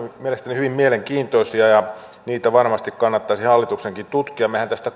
mielestäni hyvin mielenkiintoisia ja niitä varmasti kannattaisi hallituksenkin tutkia mehän tästä